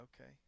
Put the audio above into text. Okay